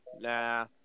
Nah